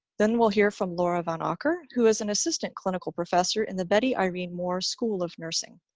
then we'll hear from laura van ocker who is an assistant clinical professor in the betty irene moore school of nursing.